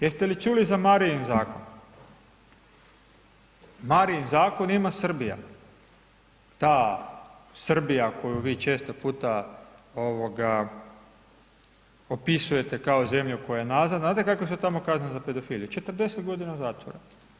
Jeste li Marijin zakon, Marijin zakon ima Srbija, ta Srbija koju vi često puta ovoga opisujete kao zemlju koja je nazadna, znate kakve su tamo kazne za pedofiliju, 40 godina zatvora.